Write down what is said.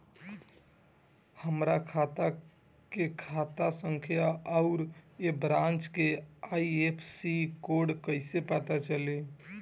हमार खाता के खाता संख्या आउर ए ब्रांच के आई.एफ.एस.सी कोड कैसे पता चली?